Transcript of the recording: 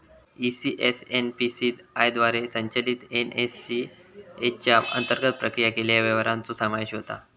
ECS NPCI द्वारे संचलित NACH च्या अंतर्गत प्रक्रिया केलेल्या व्यवहारांचो समावेश होता